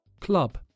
Club